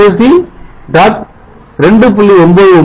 7 2 Voc 2